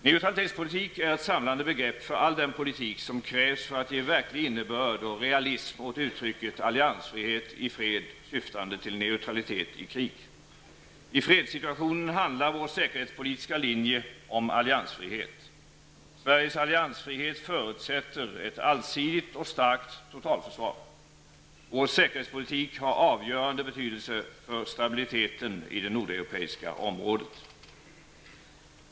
Neutralitetspolitik är ett samlande begrepp för all den politik som krävs för att ge verklig innebörd och realism åt uttrycket ''alliansfrihet i fred, syftande till neutralitet i krig''. I en fredssituation handlar vår säkerhetspolitiska linje om alliansfrihet. Sveriges alliansfrihet förutsätter ett allsidigt och starkt totalförsvar. Vår säkerhetspolitik har avgörande betydelse för stabiliteten i det nordeuropeiska området.